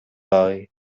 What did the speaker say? boy